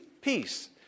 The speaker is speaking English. peace